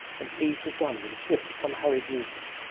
and seized his gun with a swift, unhurried movement,